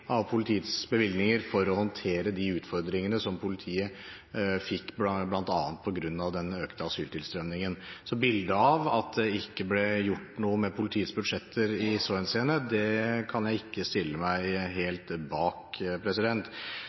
for å håndtere de utfordringene som politiet fikk, bl.a. på grunn av den økte asyltilstrømningen. Bildet av at det ikke ble gjort noe med politiets budsjetter i så henseende, kan jeg ikke helt stille meg bak.